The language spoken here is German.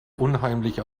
unheimlich